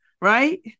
Right